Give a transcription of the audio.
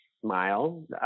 smile